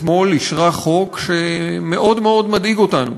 אתמול חוק שמאוד מאוד מדאיג אותנו.